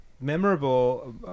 memorable